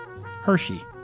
Hershey